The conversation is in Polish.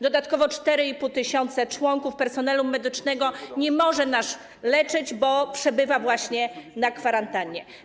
Dodatkowo 4,5 tys. członków personelu medycznego nie może nas leczyć, bo przebywa właśnie na kwarantannie.